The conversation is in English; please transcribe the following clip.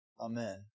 Amen